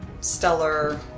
stellar